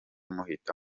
muhita